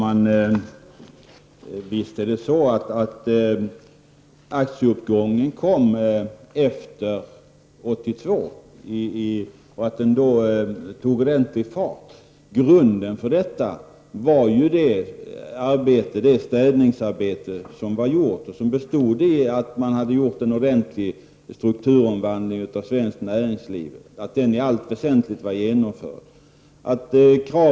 Herr talman! Det är riktigt att aktieuppgången kom efter 1982. Grunden för att den då tog fart var ju att det städningsarbete som bestod i en ordentlig strukturomvandling av svenskt näringsliv i allt väsentligt var genomfört.